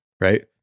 right